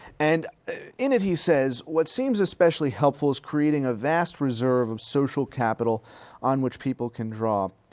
and in it he says, what seems especially helpful is creating a vast reserve of social capital on which people can draw.